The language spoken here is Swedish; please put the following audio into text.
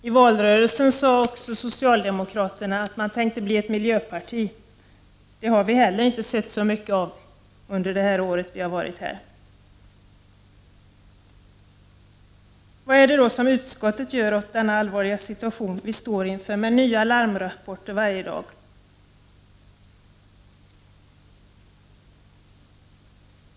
I valrörelsen sade socialdemokraterna att man tänkte bli ett miljöparti. Det har vi heller inte sett så mycket av under det år vi har varit här i riksdagen. Vad är det då utskottet gör åt denna allvarliga situation vi står inför, med nya larmrapporter varje dag?